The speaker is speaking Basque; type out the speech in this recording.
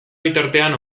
bitartean